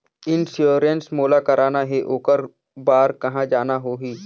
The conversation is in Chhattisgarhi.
इंश्योरेंस मोला कराना हे ओकर बार कहा जाना होही?